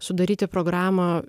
sudaryti programą